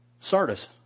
Sardis